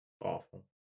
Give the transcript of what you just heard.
Awful